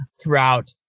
throughout